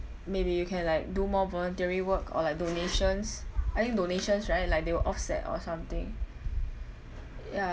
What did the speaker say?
maybe you can like do more voluntary work or like donations I think donations right like they will offset or something ya